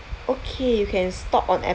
okay you can stop on app